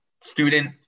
student